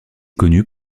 connu